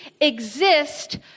exist